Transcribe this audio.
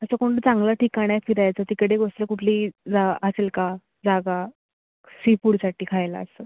अच्छा कोणतं चांगलं ठिकाण आहे फिरायचं तिकडली गोष्ट कुठली जा असेल का जागा सी फूडसाठी खायला असं